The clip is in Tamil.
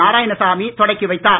நாராயணசாமி தொடக்கி வைத்தார்